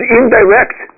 indirect